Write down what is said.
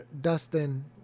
Dustin